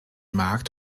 markt